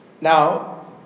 Now